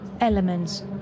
elements